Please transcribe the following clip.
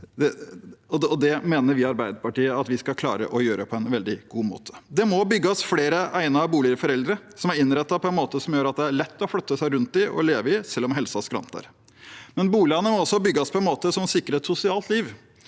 det mener vi i Arbeiderpartiet at vi skal klare å gjøre på en veldig god måte. Det må bygges flere egnede boliger for eldre, som er innrettet på en måte som gjør at det er lett å flytte seg rundt i den og leve i selv om helsen skranter. Boligene må også bygges på en måte som sikrer et sosialt liv,